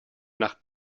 nach